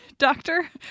doctor